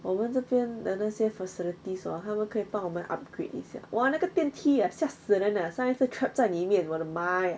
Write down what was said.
我们这边的那些 facilities hor 他们可以帮我们 upgrade 一下 !wah! 那个电梯 eh 吓死人上一次 trap 在里面我的吗呀